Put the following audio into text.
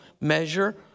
measure